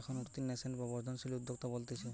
এখন উঠতি ন্যাসেন্ট বা বর্ধনশীল উদ্যোক্তা বলতিছে